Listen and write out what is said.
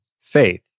faith